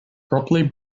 properly